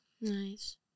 Nice